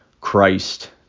Christ